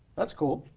that's cool.